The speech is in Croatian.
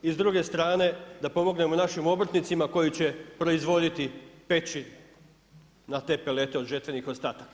I s druge strane da pomognemo našim obrtnicima koji će proizvoditi peći na te pelete od žetvenih ostataka.